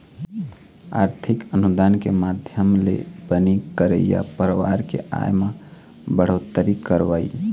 आरथिक अनुदान के माधियम ले बनी करइया परवार के आय म बड़होत्तरी करवई